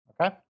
Okay